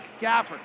Gafford